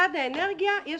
למשרד האנרגיה יש